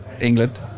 England